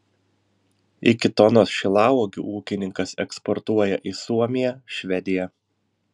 iki tonos šilauogių ūkininkas eksportuoja į suomiją švediją